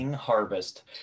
Harvest